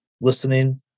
listening